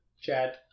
Chad